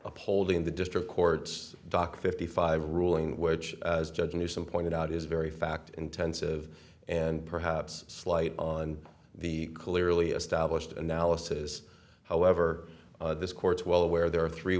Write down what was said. upholding the district court's docket fifty five ruling which as judge newsome pointed out is very fact intensive and perhaps slight on the clearly established analysis however this court's well aware there are three